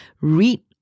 Read